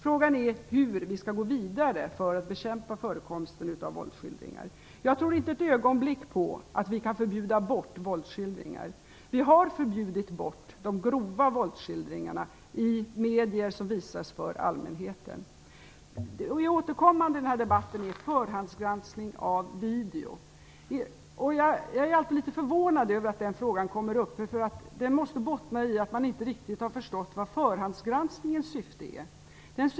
Frågan är hur vi skall gå vidare för att bekämpa förekomsten av våldsskildringar. Jag tror inte ett ögonblick på att vi kan förbjuda bort våldsskildringar. Vi har förbjudit bort de grova våldsskildringarna i medier som visas för allmänheten. Återkommande i debatten är förhandsgranskning av video. Jag är alltid litet förvånad över att den frågan kommer upp. Det måste bottna i att man inte riktigt har förstått vad förhandsgranskningens syfte är.